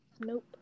Nope